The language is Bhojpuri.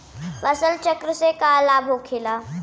फसल चक्र से का लाभ होखेला?